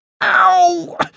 Ow